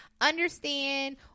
understand